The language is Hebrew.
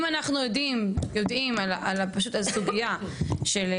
אם אנחנו יודעים על הסוגייה הזאת,